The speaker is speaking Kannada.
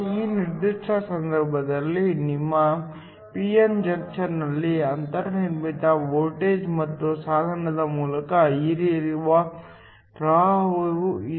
ಈ ನಿರ್ದಿಷ್ಟ ಸಂದರ್ಭದಲ್ಲಿ ನಿಮ್ಮ p n ಜಂಕ್ಷನ್ನಲ್ಲಿ ಅಂತರ್ನಿರ್ಮಿತ ವೋಲ್ಟೇಜ್ ಮತ್ತು ಸಾಧನದ ಮೂಲಕ ಹರಿಯುವ ಪ್ರವಾಹವೂ ಇದೆ